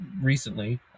recently